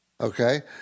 Okay